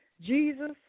Jesus